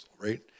right